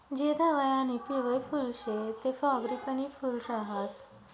जे धवयं आणि पिवयं फुल शे ते फ्रॉगीपनी फूल राहास